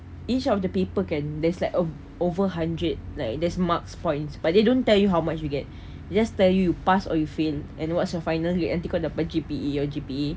each of the people can there's like uh over hundred like there's marks points but they don't tell you how much you get they just tell you pass or you fail and what's your final nanti kau G_P_A your G_P_A